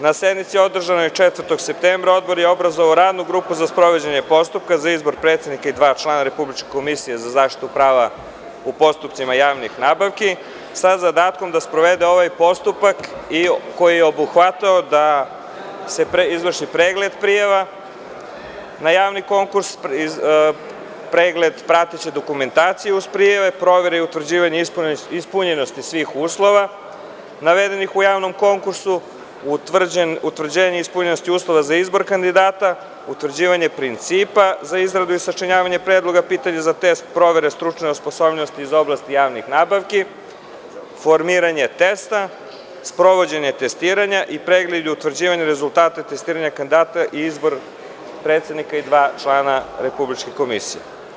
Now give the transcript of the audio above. Na sednici održanoj 4. septembra Odbor je obrazovao radnu grupu za sprovođenje postupka za izbor predsednika i dva člana Republičke komisije za zaštitu prava u postupcima javnih nabavki sa zadatkom da sprovede ovaj postupak koji je obuhvatao da se izvrši pregled prijava na javni konkurs, pregled prateće dokumentacije uz prijave, provere iutvrđivanje ispunjenosti svih uslova navedenih u javnom konkursu, utvrđivanje ispunjenosti uslova za izbor kandidata, utvrđivanje principa za izradu i sačinjavanje predloga pitanja za test provere stručne osposobljenosti iz oblasti javnih nabavki, formiranje testa, sprovođenje testiranja i pregled i utvrđivanje rezultata testiranja kandidata i izbor predsednika i dva člana Republičke komisije.